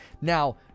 Now